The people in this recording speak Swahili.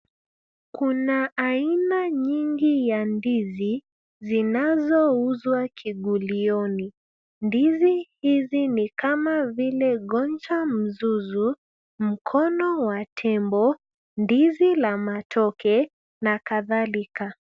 Kuna aina nyingi ya ndizi zinazouzwa kibulioni. Ndizi hizi ni kama vile gonja mzuzu, mkono wa tembo, ndizi la matoke na kadhalika.